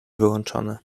wyłączony